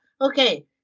okay